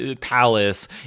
palace